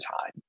time